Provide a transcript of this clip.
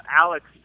Alex